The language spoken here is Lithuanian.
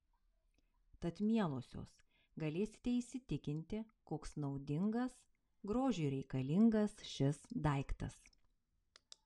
tad mielosios galėsite įsitikinti koks naudingas grožiui reikalingas šis daiktas